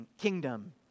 kingdom